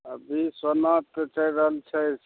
अभी सोना तऽ चलि रहल छै